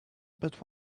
but